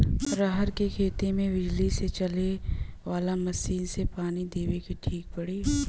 रहर के खेती मे बिजली से चले वाला मसीन से पानी देवे मे ठीक पड़ी?